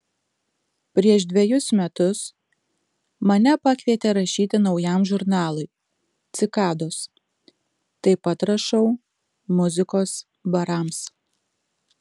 prieš dvejus metus mane pakvietė rašyti naujam žurnalui cikados taip pat rašau muzikos barams